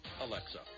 Alexa